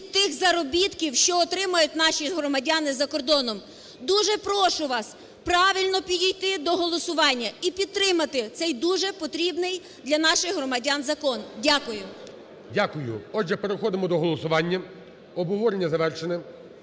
тих заробітків, що отримають наші громадяни за кордоном. Дуже прошу вас правильно підійти до голосування і підтримати цей дуже потрібний для наших громадян закон. Дякую. ГОЛОВУЮЧИЙ. Дякую. Отже, переходимо до голосування, обговорення завершене.